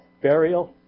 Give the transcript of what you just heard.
burial